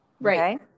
right